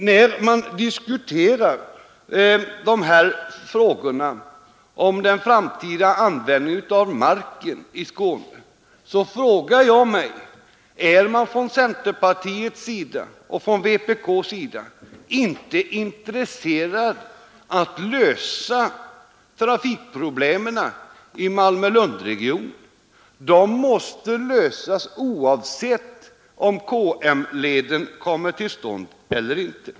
När vi diskuterar den framtida användningen av marken i Skåne, då frågar jag mig: Är man från centerpartiet och vpk inte intresserad av att lösa trafikproblemen i Malmö-Lundregionen? De måste lösas oavsett om KM-leden kommer till stånd eller inte.